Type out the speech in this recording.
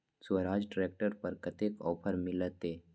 Swaraj tractor पर कतेक offer मिलते?